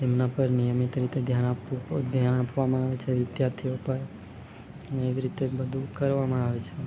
તેમના પર નિયમિત રીતે ધ્યાન આપવું ધ્યાન આપવામાં આવે છે વિદ્યાર્થીઓ ઉપર ને એવી રીતે બધું કરવામાં આવે છે